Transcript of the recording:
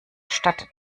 stadt